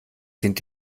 sind